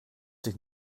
dich